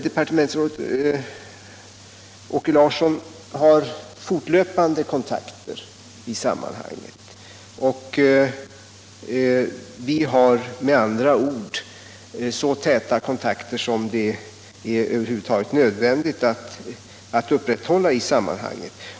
Departementsrådet Åke Larsson har fortlöpande kontakter med företaget och kommunen. Vi har med andra ord så täta kontakter som det över huvud taget är nödvändigt att upprätthålla.